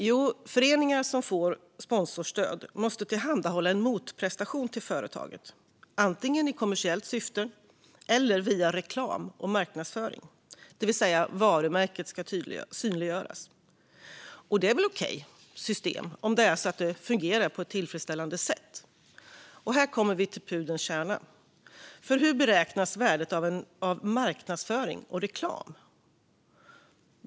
Jo, föreningar som får sponsorstöd måste tillhandahålla en motprestation till företaget, antingen i kommersiellt syfte eller via reklam och marknadsföring. Varumärket ska alltså synliggöras. Det är väl ett okej system - om det är så att det fungerar på ett tillfredsställande sätt. Och här kommer vi till pudelns kärna, för hur beräknas värdet av marknadsföring och reklam?